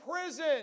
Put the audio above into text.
prison